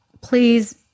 please